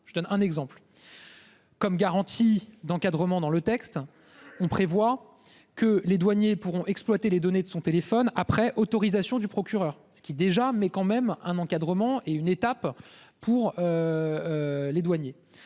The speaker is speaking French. je donne un exemple. Comme garantie d'encadrement dans le texte on prévoit que les douaniers pourront exploiter les données de son téléphone après autorisation du procureur, ce qui déjà mais quand même un encadrement et une étape pour. Les douaniers.